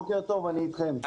בוקר טוב, אני אתכם.